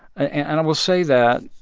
and i will say that,